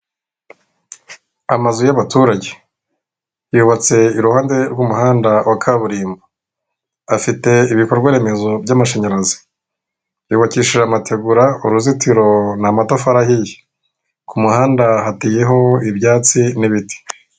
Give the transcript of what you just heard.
Amazu y'abaturage yubatse iruhande rw'umuhanda wa kaburimbo, afite ibikorwa remezo by'amashanyarazi, yubakishije amategura, ku uruzitiro n'amatafari ahiye, ku muhanda hateyeho ibyatsi n'ibiti.